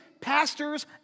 pastors